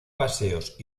paseos